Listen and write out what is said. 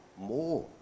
more